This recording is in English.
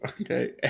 Okay